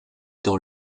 dans